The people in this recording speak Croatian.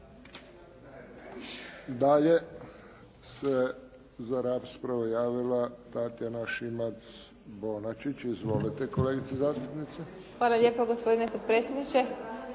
Dalje se za raspravu javila Tatjana Šimac Bonačić. Izvolite. **Šimac Bonačić, Tatjana (SDP)** Hvala lijepo gospodine potpredsjedniče.